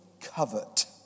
covet